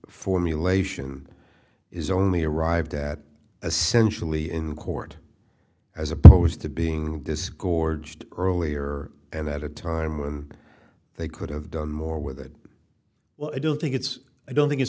formulation is only arrived at essentially in court as opposed to being disgorged earlier and at a time when they could have done more with it well i don't think it's i don't think